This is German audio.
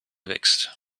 wächst